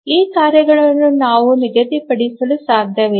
ಈ ಕಾರ್ಯಗಳನ್ನು ನಾವು ನಿಗದಿಪಡಿಸಲು ಸಾಧ್ಯವಿಲ್ಲ